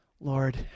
Lord